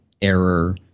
error